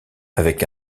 avec